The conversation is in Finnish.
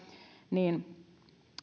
niin